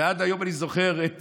ועד היום אני זוכר את